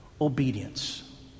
obedience